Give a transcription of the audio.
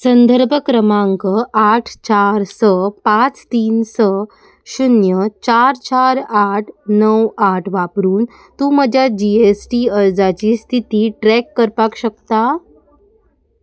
संदर्भ क्रमांक आठ चार स पांच तीन स शुन्य चार चार आठ णव आठ वापरून तूं म्हज्या जी एस टी अर्जाची स्थिती ट्रॅक करपाक शकता